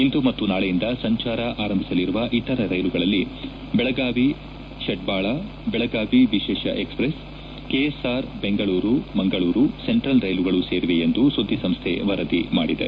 ಇಂದು ಮತ್ತು ನಾಳೆಯಿಂದ ಸಂಚಾರ ಆರಂಭಿಸಲಿರುವ ಇತರ ರೈಲುಗಳಲ್ಲಿ ಬೆಳಗಾವಿ ಶೆಡ್ದಾಳ ಬೆಳಗಾವಿ ವಿಶೇಷ ಎಕ್ಸ್ಪ್ರೆಸ್ ಕೆಎಸ್ಆರ್ಬೆಂಗಳೂರು ಮಂಗಳೂರು ಸೆಂಟ್ರಲ್ ರೈಲುಗಳು ಸೇರಿವೆ ಎಂದು ಸುದ್ದಿಸಂಸ್ಥೆ ವರದಿ ಮಾಡಿದೆ